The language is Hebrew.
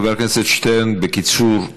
חבר הכנסת שטרן, בקיצור.